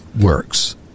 works